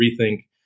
rethink